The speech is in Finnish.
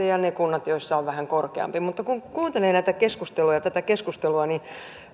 ja ne kunnat joissa on vähän korkeampi mutta kun kuuntelee näitä keskusteluja ja tätä keskustelua niin